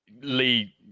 Lee